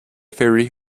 ferry